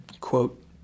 quote